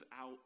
out